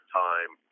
time